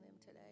today